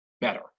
better